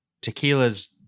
Tequila's